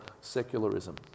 secularism